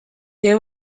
they